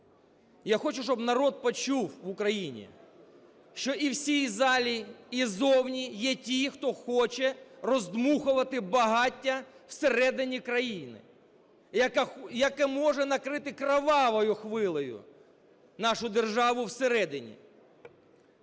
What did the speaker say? Я хочу, щоб народ почув в Україні, що і в цій залі, і ззовні є ті, хто хоче роздмухувати багаття всередині країни, яке може накрити кровавою хвилею нашу державу всередині.